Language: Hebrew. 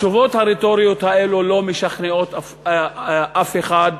התשובות הרטוריות האלו לא משכנעות אף אחד,